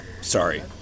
Sorry